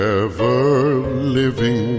ever-living